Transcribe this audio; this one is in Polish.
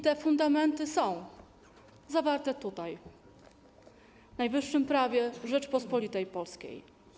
Te fundamenty są zawarte tutaj, w najwyższym prawie Rzeczypospolitej Polskiej.